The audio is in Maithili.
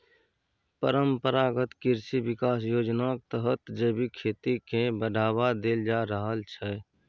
परंपरागत कृषि बिकास योजनाक तहत जैबिक खेती केँ बढ़ावा देल जा रहल छै